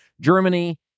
Germany